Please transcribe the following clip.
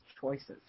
choices